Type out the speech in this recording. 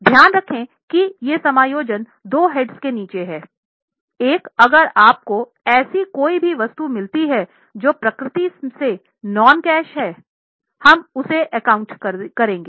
ध्यान रखें कि ये समायोजन दो हेड्स के नीचे हैं एक अगर आपको ऐसी कोई भी वस्तु मिलती है जो प्रकृति से नॉनकैश हो हम उसे अकाउंट केरेंगये